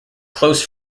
close